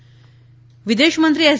જયશંકર વિદેશમંત્રી એસ